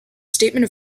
statement